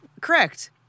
correct